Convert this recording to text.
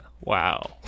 Wow